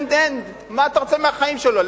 send-end, מה אתה רוצה מהחיים שלו?